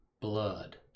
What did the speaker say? blood